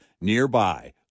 nearby